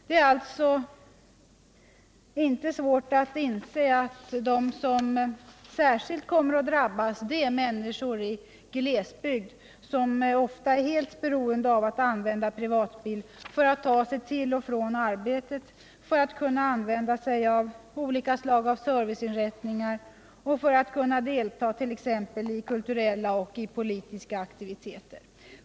Det är således inte svårt att inse att de som särskilt kommer att drabbas är människor i glesbygd, som ofta är helt beroende av att använda privatbil för att ta sig till och från arbetet, för att kunna använda sig av olika slag av serviceinrättningar och för att kunna delta exempelvis i kulturella och politiska aktiviteter.